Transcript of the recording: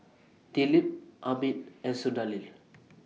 Dilip Amit and Sunderlal